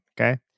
okay